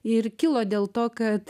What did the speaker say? ir kilo dėl to kad